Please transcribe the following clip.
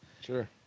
Sure